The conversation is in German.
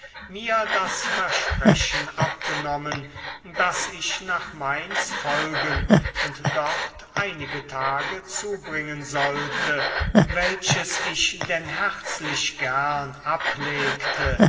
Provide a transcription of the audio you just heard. mir das versprechen abgenommen daß ich nach mainz folgen und dort einige tage zubringen sollte welches ich denn herzlich gern ablegte